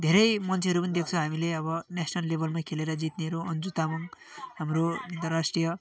धेरै मान्छेहरू पनि देख्छौँ हामीले अब नेसनल लेबलमै खेलेर जित्नेहरू अन्जु तामाङ हाम्रो अन्तर्राष्ट्रिय